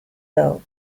though